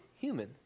human